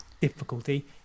difficulty